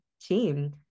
team